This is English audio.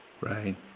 Right